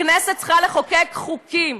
הכנסת צריכה לחוקק חוקים,